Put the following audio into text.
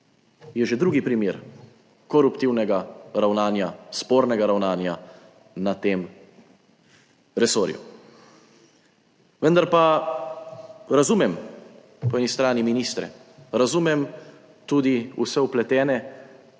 Je že drugi primer koruptivnega ravnanja, spornega ravnanja na tem resorju. Vendar pa razumem po eni strani ministre, razumem tudi vse vpletene,